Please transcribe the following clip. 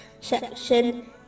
SECTION